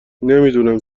نمیدونم